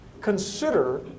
consider